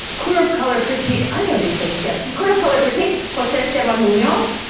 queer of color critique. i know these things, yes. and queer of color critique. jose esteban munoz